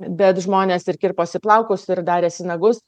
bet žmonės ir kirposi plaukus ir darėsi nagus